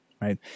Right